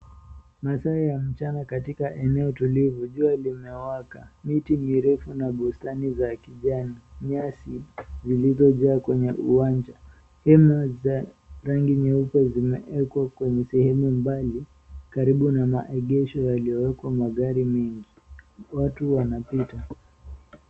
Masaa ya mchana katika eneo tulivu, jua limewaka. Miti mirefu na bustani za kijani, nyasi zilizojaza kwenye uwanja. Hema za rangi nyeupe zimewekwa kwenye sehemu mbali karibu na maegesho yaliyowekwa magari mengi. Watu wanapita.